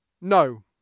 No